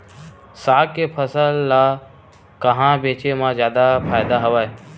साग के फसल ल कहां बेचे म जादा फ़ायदा हवय?